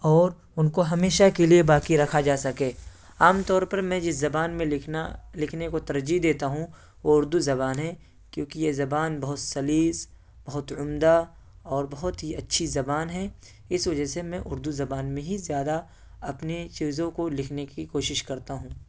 اور ان کو ہمیشہ کے لیے باقی رکھا جا سکے عام طور پر میں جس زبان میں لکھنا لکھنے کو ترجیح دیتا ہوں وہ اردو زبان ہے کیونکہ یہ زبان بہت سلیس بہت عمدہ اور بہت ہی اچھی زبان ہے اس وجہ سے میں اردو زبان میں ہی زیادہ اپںے چیزوں کو لکھنے کی کوشش کرتا ہوں